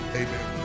amen